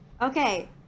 Okay